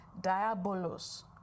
diabolos